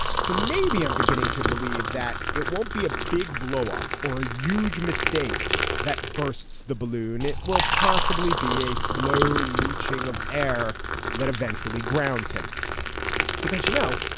so maybe i'm beginning to believe that it won't be a big blow up or a huge mistake that bursts the balloon. it will possibly be a slow leaching of air that eventually grounds him because, you know,